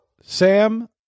Sam